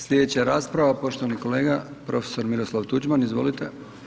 Slijedeća rasprava poštovani kolega, prof. Miroslav Tuđman, izvolite.